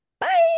Bye